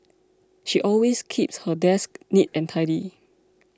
she always keeps her desk neat and tidy